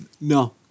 No